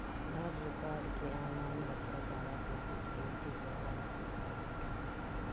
हर record के online रखल जाला जेसे की ओके खोजला में सुबिधा होखे